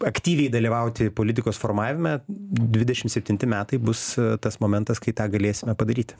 aktyviai dalyvauti politikos formavime dvidešim septinti metai bus tas momentas kai tą galėsime padaryti